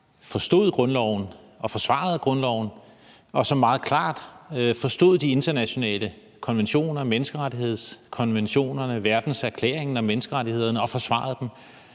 forstod grundloven og forsvarede grundloven, og som meget klart forstod de internationale konventioner, menneskerettighedskonventionerne, verdenserklæringen om menneskerettighederne, og forsvarede dem.